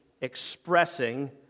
expressing